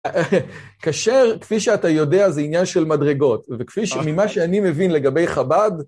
כאשר, כפי שאתה יודע, זה עניין של מדרגות, וכפי ש... ממה שאני מבין לגבי חבד,